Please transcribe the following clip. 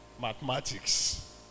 mathematics